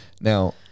now